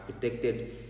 protected